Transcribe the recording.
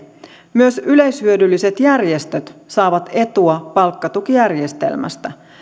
myös yleishyödylliset järjestöt saavat etua palkkatukijärjestelmästä